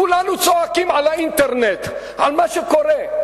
כולנו צועקים על האינטרנט, על מה שקורה.